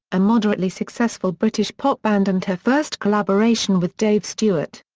a moderately successful british pop band and her first collaboration with dave stewart.